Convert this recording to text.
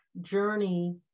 journey